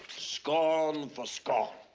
scorn for scorn.